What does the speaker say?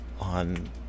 on